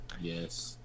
Yes